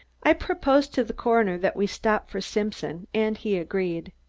i proposed to the coroner that we stop for simpson and he agreed.